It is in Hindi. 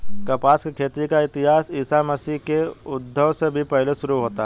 कपास की खेती का इतिहास ईसा मसीह के उद्भव से भी पहले शुरू होता है